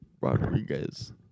Rodriguez